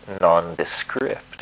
nondescript